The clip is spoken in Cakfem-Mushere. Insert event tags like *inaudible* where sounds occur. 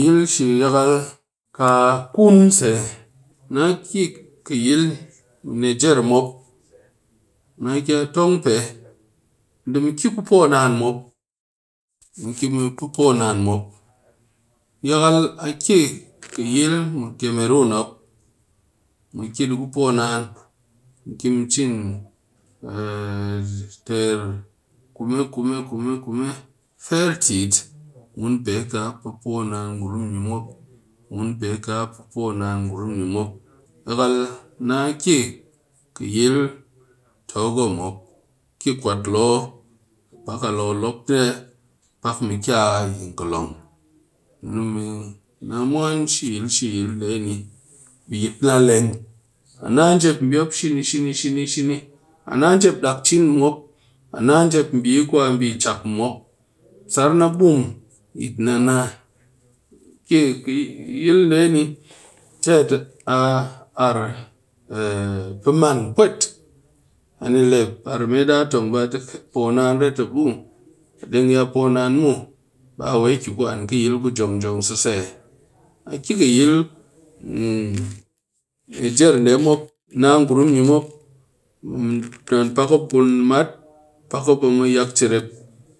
Yil shi yakal kaa kun se, na ke kɨ yil nijar mop na kɨ a tong pee nde mu kɨ ku poo naan mop mu ke mu pɨ poo naan mop yakal a ke kɨ yil mɨ kemeron mop mu ke di ku poo naan mu ke mu cin ter kume, kume, kume, kume firetit mun pee kaa pɨ poo naan, mun pee kaa poo naan ngurum ni mop, mun pe ka pɨ poo naan ni mop yakal na ki kɨ yil togo mop ki kwat loo pak a loo lop nee pak mɨ kɨ a ngolon na mwan shi yil shi yil nde ni be yit na leng a na njep mbi shini, shini, shini, shini a naa njep dak cin mɨ mop a naa njep mbi kwa njep chak mɨ mop sar na bum yit na naa kɨ kɨ yilnde tet a arr pɨ man pweet. ani le par mee ɗaa tong poo naan ret a buu, pwet deng a poo naan muw ba wee ɗɨ kɨ ku an kɨ yil ku jong-jong sese aa a ƙɨ kee yil *hesitation* nijar nɗee mop kɨ naa ngurum ni mop, pak mop a ku mat, pak mop a poo yak cirep